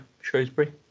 Shrewsbury